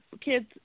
kids